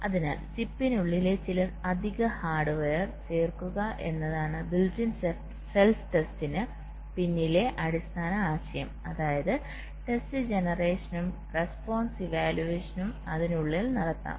അതിനാൽ ചിപ്പിനുള്ളിൽ ചില അധിക ഹാർഡ്വെയർ ചേർക്കുക എന്നതാണ് ബിൽറ്റ് ഇൻ സെൽഫ് ടെസ്റ്റിനു പിന്നിലെ അടിസ്ഥാന ആശയം അതായത് ടെസ്റ്റ് ജനറേഷനുംറെസ്പോൺസ് ഇവാലുവേഷനും അതിനുള്ളിൽ നടത്താം